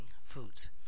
foods